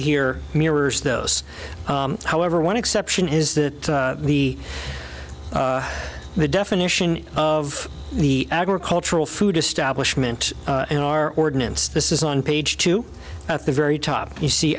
here mirrors those however one exception is that the the definition of the agricultural food establishment in our ordinance this is on page two at the very top you see